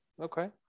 okay